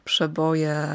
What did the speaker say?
Przeboje